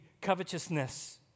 covetousness